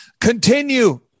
continue